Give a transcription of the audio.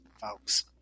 folks